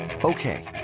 Okay